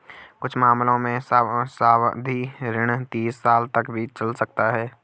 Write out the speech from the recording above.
कुछ मामलों में सावधि ऋण तीस साल तक भी चल सकता है